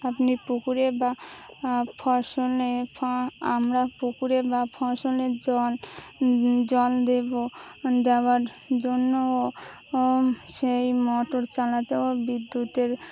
আপনি পুকুরে বা ফসলে ফ আমরা পুকুরে বা ফসলের জল জল দেবো দেওয়ার জন্য ও ও সেই মটর চালাতেও বিদ্যুতের